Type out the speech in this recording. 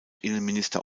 innenminister